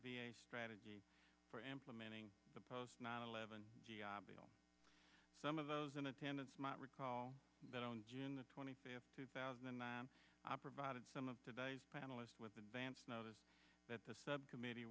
the strategy for implementing the post nine eleven g i bill some of those in attendance might recall that on june the twenty fifth two thousand and nine i provided some of today's panelist with advance notice that the subcommittee